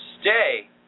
stay